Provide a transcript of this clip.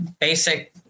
basic